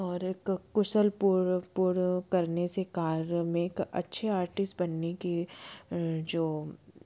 और एक कुशल करने से कार्य में एक अच्छे आर्टिस्ट बनने की जो